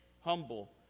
humble